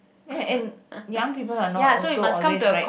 ya and young people are not also always right